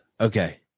Okay